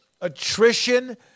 attrition